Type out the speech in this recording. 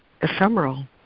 ephemeral